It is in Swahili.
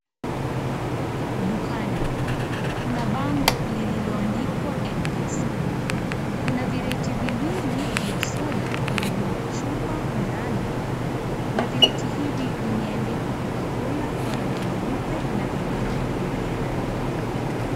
Dukani, kuna bango lililoandikwa Mpesa. Kuna vireti viwili vya soda vilivyo na chupa ndani na vireti hivi vimeandikwa, Coca-Cola kwa rangi nyeupe na vyenyewe ni vya rangi nyekundu.